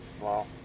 Wow